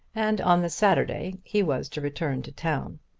and on the saturday he was to return to town.